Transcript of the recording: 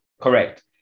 correct